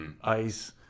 ice